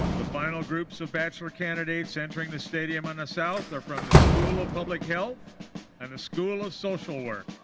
the final groups of bachelor candidates entering the stadium on the south are from the school of public health and the school of social work.